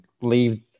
leave